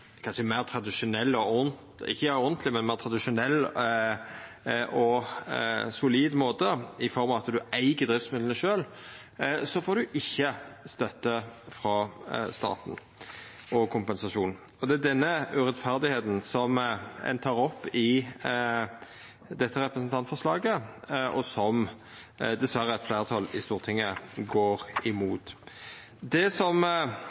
meir tradisjonell og solid måte i form av at ein eig driftsmidla sjølv, får ein ikkje støtte og kompensasjon frå staten. Det er denne urettferda ein tek opp i dette representantforslaget, og som dessverre eit fleirtal i Stortinget går imot. Det som